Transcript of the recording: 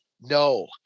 no